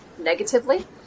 negatively